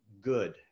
good